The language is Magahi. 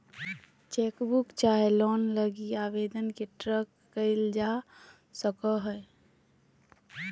चेकबुक चाहे लोन लगी आवेदन के ट्रैक क़इल जा सको हइ